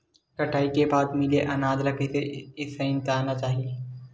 कटाई के बाद मिले अनाज ला कइसे संइतना चाही?